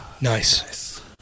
Nice